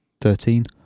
Thirteen